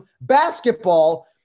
basketball